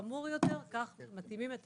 חמור יותר, כך מתאימים את